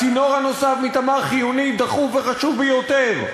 הצינור הנוסף מ"תמר" חיוני, דחוף וחשוב ביותר.